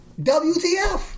WTF